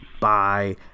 bye